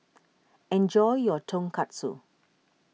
enjoy your Tonkatsu